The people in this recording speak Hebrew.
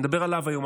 אני מדבר עליו היום,